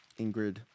Ingrid